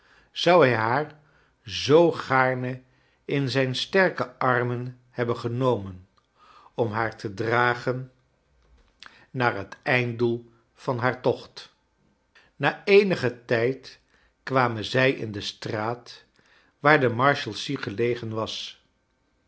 zou hij haar zoo gaarne in zijne sterke armen hebben genomen om haar te dragen naar het einddoel van haar tocht na eenigen tijd kwamen zij in de straat waar de marshalsea gelegen was